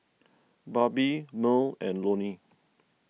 Barbie Merl and Loni